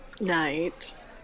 Night